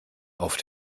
auf